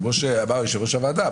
כמו שאמר יושב-ראש הוועדה,